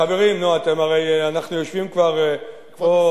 חברים, אנחנו יושבים פה כבר